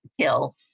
kill